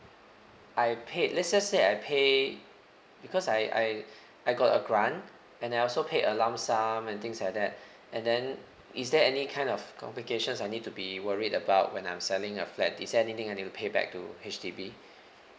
I paid let's just say I pay because I I I got a grant and I also paid a lump sum and things like that and then is there any kind of complications I need to be worried about when I'm selling a flat is there anything I need to pay back to H_D_B